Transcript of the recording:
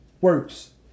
works